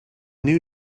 new